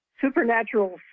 supernatural